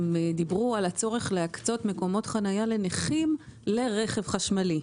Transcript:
הם דיברו על הצורך להקצות מקומות חניה לנכים עם רכב חשמלי.